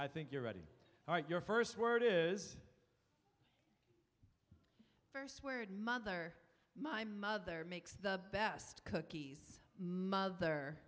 i think you're ready all right your first word is first word mother my mother makes the best cookies mother